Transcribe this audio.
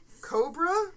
Cobra